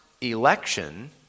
election